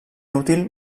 útil